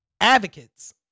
advocates